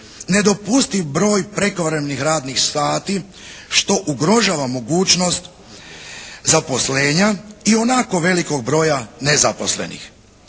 nedopustiv broj prekovremenih radnih sati što ugrožava mogućnost zaposlenja ionako velikog broja nezaposlenih.